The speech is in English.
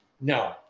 No